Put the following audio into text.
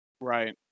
Right